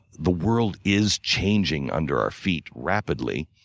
the world is changing under our feet rapidly.